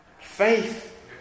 Faith